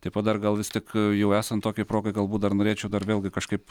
taip pat dar gal vis tik jau esant tokiai progai galbūt dar norėčiau dar vėlgi kažkaip